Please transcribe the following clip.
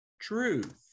truth